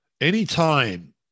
anytime